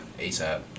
ASAP